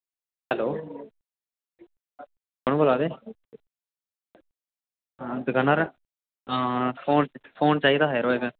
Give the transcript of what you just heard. hello कु'न बोला दे दकाना 'रा हा फोन चाहिदा हा यरो इक